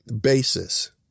basis